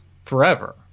forever